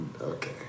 Okay